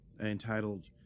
entitled